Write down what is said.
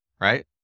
right